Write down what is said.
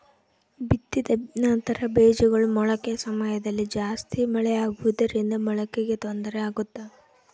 ಬಿತ್ತಿದ ನಂತರ ಬೇಜಗಳ ಮೊಳಕೆ ಸಮಯದಲ್ಲಿ ಜಾಸ್ತಿ ಮಳೆ ಆಗುವುದರಿಂದ ಮೊಳಕೆಗೆ ತೊಂದರೆ ಆಗುತ್ತಾ?